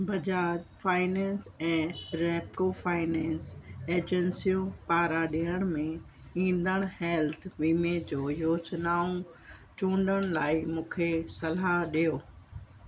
Bajaj finance ऐं Repco finance एजेंसियूं पारां ॾियण में ईंदड़ु हेल्थ वीमे जो योजनाऊं चूंडण लाइ मूंखे सलाह ॾियो